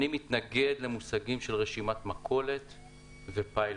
אני מתנגד למושגים של רשימת מכולת ופיילוט.